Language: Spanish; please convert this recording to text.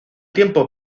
tiempo